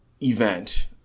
event